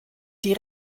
die